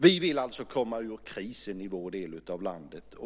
Vi vill alltså komma ur krisen i vår del av landet.